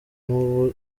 n’ubu